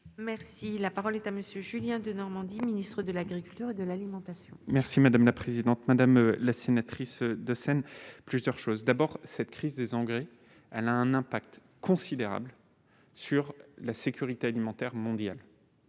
Merci, la parole est à monsieur Julien Denormandie, ministre de l'agriculture, de l'alimentation. Merci madame la présidente, madame la sénatrice de Seine plusieurs choses : d'abord cette crise des engrais, elle a un impact considérable sur la sécurité alimentaire mondiale